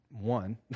One